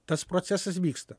tas procesas vyksta